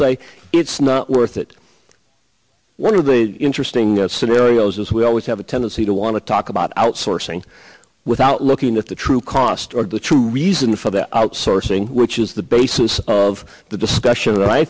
say it's not worth it one of the interesting scenarios as we always have a tendency to want to talk about outsourcing without looking at the true cost or the true reason for the outsourcing which is the basis of the discussion